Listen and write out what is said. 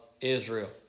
Israel